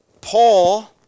Paul